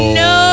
no